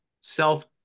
self